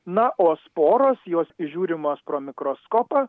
na o sporos jos žiūrimos pro mikroskopą